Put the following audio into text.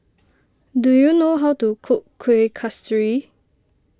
do you know how to cook Kuih Kasturi